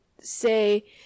say